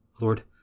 Lord